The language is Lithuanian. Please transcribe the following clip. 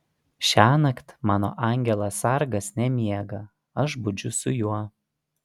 šiąnakt mano angelas sargas nemiega aš budžiu su juo